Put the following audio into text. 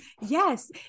Yes